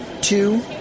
two